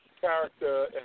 character